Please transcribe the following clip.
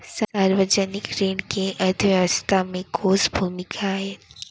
सार्वजनिक ऋण के अर्थव्यवस्था में कोस भूमिका आय?